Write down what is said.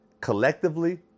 collectively